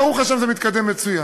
ברוך השם, זה מתקדם מצוין.